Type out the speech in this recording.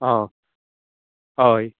आं हय